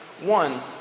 One